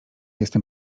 jestem